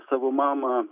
savo mamą